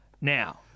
Now